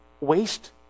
waste